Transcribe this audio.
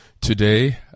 today